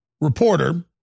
reporter